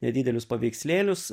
nedidelius paveikslėlius